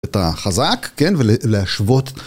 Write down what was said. אתה חזק, כן, ולהשוות.